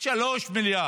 3 מיליארד,